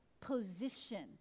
position